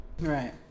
right